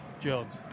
Jones